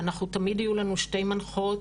אנחנו תמיד יהיו לנו שתי מנחות,